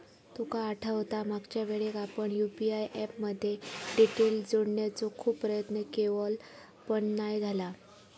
तुका आठवता मागच्यावेळेक आपण यु.पी.आय ऍप मध्ये डिटेल जोडण्याचो खूप प्रयत्न केवल पण नाय झाला